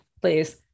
please